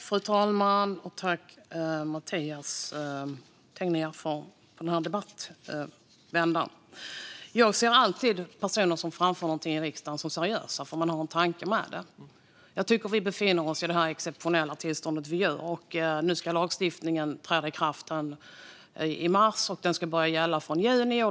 Fru talman! Tack för den här debattvändan, Mathias Tegnér! Jag ser alltid personer som framför någonting i riksdagen som seriösa, för man har en tanke med det. Jag tycker att vi befinner oss i ett exceptionellt tillstånd, och nu ska lagstiftningen träda i kraft i mars och börja gälla från juni.